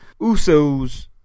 Usos